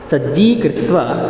सज्जीकृत्वा